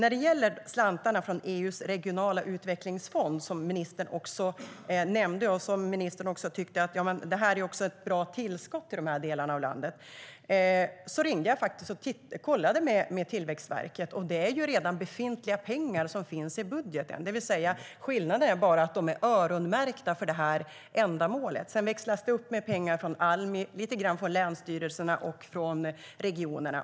När det gäller slantarna från EU:s regionala utvecklingsfond, som ministern också nämnde och som ministern tyckte var ett bra tillskott till de delarna av landet, ringde jag och kollade med Tillväxtverket. Det är redan befintliga pengar som finns i budgeten. Skillnaden är bara att de är öronmärkta för det här ändamålet. Sedan växlas det upp med pengar från Almi, lite från länsstyrelserna och från regionerna.